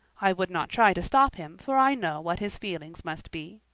i would not try to stop him, for i know what his feelings must be.